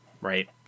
right